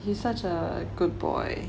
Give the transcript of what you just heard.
he's such a good boy